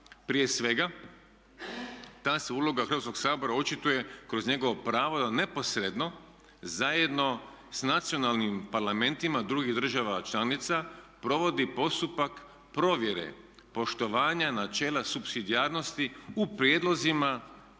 Prije svega ta se uloga Hrvatskog sabora očituje kroz njegovo pravo da neposredno zajedno s nacionalnim parlamentima drugih država članica provodi postupak provjere poštovanja načela supsidijarnosti u prijedlozima